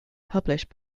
published